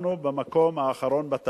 אנחנו במקום האחרון.